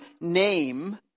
name